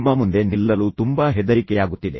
ನಿಮ್ಮ ಮುಂದೆ ನಿಲ್ಲಲು ತುಂಬಾ ಹೆದರಿಕೆಯಾಗುತ್ತಿದೆ